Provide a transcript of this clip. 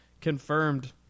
confirmed